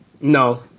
No